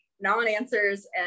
non-answers